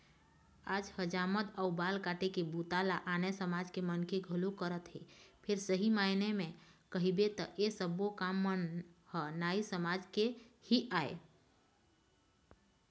आज हजामत अउ बाल काटे के बूता ल आने समाज के मनखे घलोक करत हे फेर सही मायने म कहिबे त ऐ सब्बो काम मन ह नाई समाज के ही आय